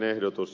kannatan